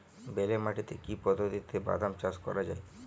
বেলে মাটিতে কি পদ্ধতিতে বাদাম চাষ করা যায়?